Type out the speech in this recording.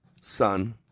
son